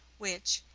which,